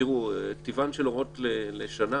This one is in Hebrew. טיבן של הוראות לשנה